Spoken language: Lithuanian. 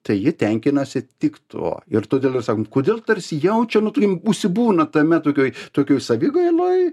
tai jie tenkinasi tik tuo ir todėl ir sakom kodėl tarsi jaučia nu turim užsibūna tame tokioj tokioj savigailoj